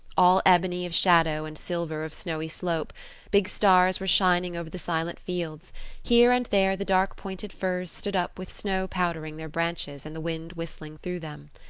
all ebony of shadow and silver of snowy slope big stars were shining over the silent fields here and there the dark pointed firs stood up with snow powdering their branches and the wind whistling through them.